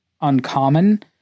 uncommon